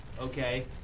Okay